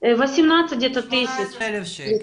אלף שקל.